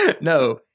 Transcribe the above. No